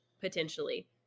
potentially